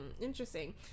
Interesting